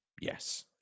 Yes